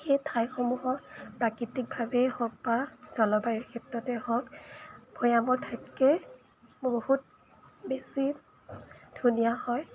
সেই ঠাইসমূহৰ প্ৰাকৃতিকভাৱেই হওক বা জলবায়ুৰ ক্ষেত্ৰতে হওক ভৈয়ামৰ ঠাইতকৈ বহুত বেছি ধুনীয়া হয়